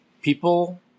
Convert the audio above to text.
People